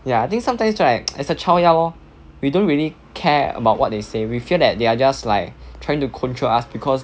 ya I think sometimes right as a child ya lor we don't really care about what they say we feel that they are just like trying to control us because